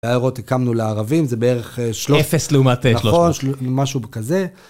העירות הקמנו לערבים, זה בערך שלוש... אפס לעומת שלוש. נכון, משהו כזה.